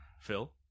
phil